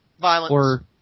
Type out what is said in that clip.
violence